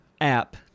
app